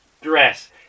dress